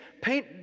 paint